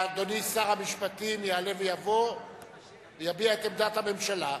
אדוני שר המשפטים יעלה ויבוא ויביע את עמדת הממשלה.